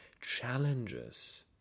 challenges